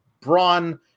Braun